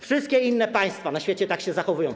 Wszystkie inne państwa na świecie tak się zachowują.